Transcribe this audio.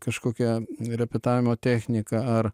kažkokia repetavimo technika ar